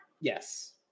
Yes